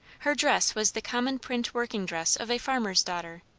her dress was the common print working dress of a farmer's daughter,